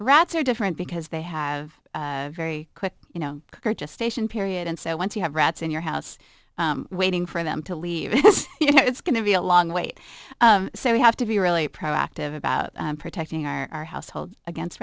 rats are different because they have a very quick you know just station period and so once you have rats in your house waiting for them to leave you know it's going to be a long wait so we have to be really proactive about protecting our household against